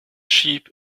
sheep